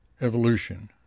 evolution